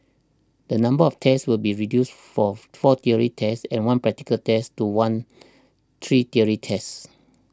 the number of tests will be reduced for four theory tests and one practical test to one three theory tests